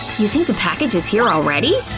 you think the package is here already?